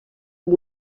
amb